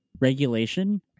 regulation